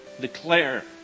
Declare